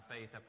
faith